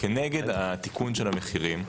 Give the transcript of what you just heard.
כנגד התיקון של המחירים,